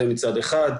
זה מצד אחד.